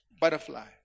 butterfly